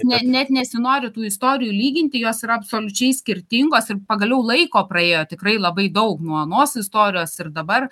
ne net nesinori tų istorijų lyginti jos yra absoliučiai skirtingos ir pagaliau laiko praėjo tikrai labai daug nuo anos istorijos ir dabar